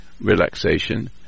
relaxation